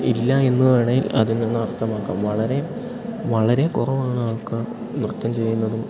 ഇല്ല എന്നു വേണേൽ അതിൽ നിന്ന് അർത്ഥമാക്കാം വളരെ വളരെ കുറവാണ് ആൾക്കാർ നൃത്തം ചെയ്യുന്നതും